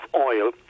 oil